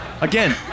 again